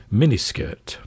miniskirt